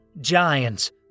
Giants